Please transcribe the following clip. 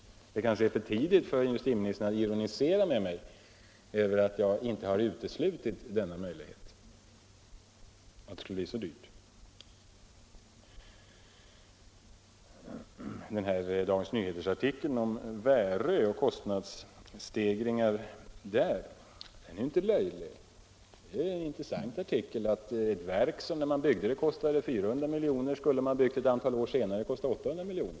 Det är kanske för tidigt för industriministern att ironisera över att jag inte uteslutit den möjligheten att det skulle kunna bli så dyrt. Artikeln i Dagens Nyheter om kostnadsstegringar för Väröprojektet är inte löjlig. Det är en intressant artikel om att en anläggning, som när den byggdes kostade 400 milj.kr., skulle kosta 800 milj.kr. om den hade uppförts ett antal år senare.